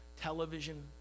television